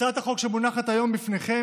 הצעת החוק שמונחת היום בפניכם,